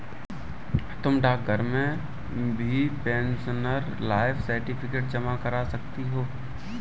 तुम डाकघर में भी पेंशनर लाइफ सर्टिफिकेट जमा करा सकती हो